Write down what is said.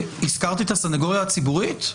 הזכרתי את הסניגוריה הציבורית?